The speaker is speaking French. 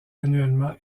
annuellement